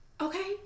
Okay